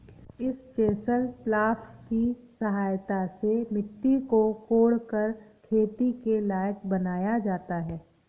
इस chisel plough की सहायता से मिट्टी को कोड़कर खेती के लायक बनाया जाता है